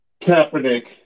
Kaepernick